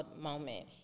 moment